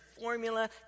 formula